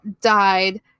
died